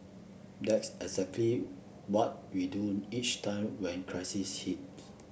that's exactly what we do each time when crisis hit